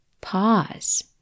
Pause